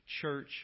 church